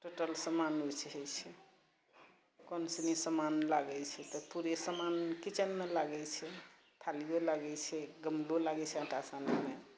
total समान हय छै कोन सुनी समान लागै छै तऽ पुरे समान किचनमे लागै छै थालियो लागै छै लागै छै आटा सानैमे